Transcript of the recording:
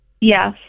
yes